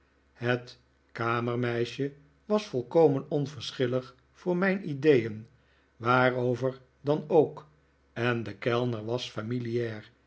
het kamermeisje was volkomen onverschillig voor mijn ideeen waarover dan ook en de kellner was